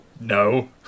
No